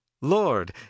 Lord